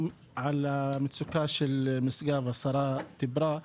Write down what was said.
גם על המצוקה של משגב השרה דיברה.